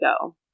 go